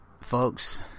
Folks